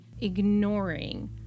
ignoring